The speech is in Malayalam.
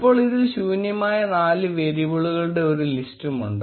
ഇപ്പോൾ ഇതിൽ ശൂന്യമായ നാല് വേരിയബിളുകളുടെ ഒരു ലിസ്റ്റും ഉണ്ട്